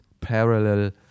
parallel